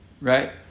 right